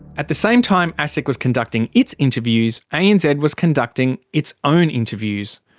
at the same time asic was conducting its interviews, anz and was conducting its own interviews.